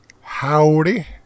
Howdy